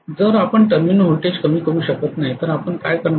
जर आपण terminal voltage कमी करू शकत नाही तर आपण काय करणार आहात